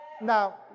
Now